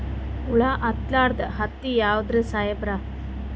ಹುಳ ಹತ್ತಲಾರ್ದ ಹತ್ತಿ ಯಾವುದ್ರಿ ಸಾಹೇಬರ?